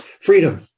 freedom